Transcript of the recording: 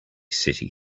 city